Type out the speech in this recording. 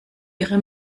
ihre